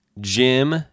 Jim